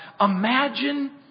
Imagine